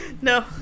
no